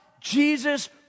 Jesus